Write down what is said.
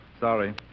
Sorry